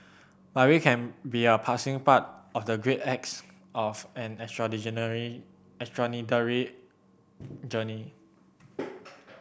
but we can be a passing part of the great acts of an extraordinary journey